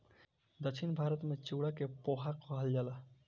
दक्षिण भारत में चिवड़ा के पोहा कहल जाला